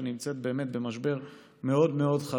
שנמצאת באמת במשבר חריף מאוד מאוד.